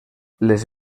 les